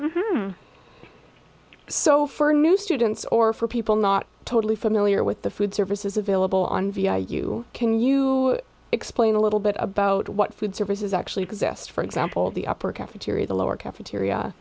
so for new students or for people not totally familiar with the food services available on via you can you explain a little bit about what food services actually possessed for example the upper cafeteria the lower cafeteria